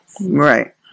Right